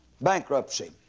Bankruptcy